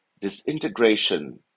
disintegration